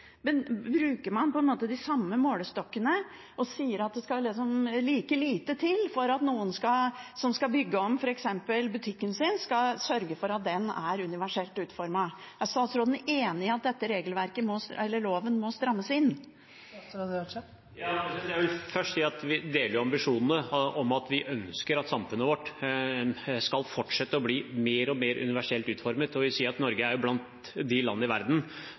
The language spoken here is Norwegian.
de samme målestokkene og sier at det skal like lite til for at noen som f.eks. skal bygge om butikken sin, skal sørge for at den er universelt utformet. Er statsråden enig i at denne loven må strammes inn? Jeg vil først si at vi deler jo ambisjonene, at vi ønsker at samfunnet vårt skal fortsette å bli mer og mer universelt utformet, og jeg vil si at Norge er jo blant de land i verden